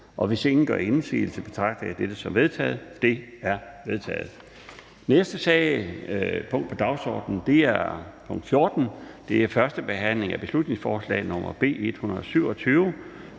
og hvis ingen gør indsigelse, betragter jeg dette som vedtaget. Det er vedtaget. --- Det næste punkt på dagsordenen er: 14) 1. behandling af beslutningsforslag nr. B 127: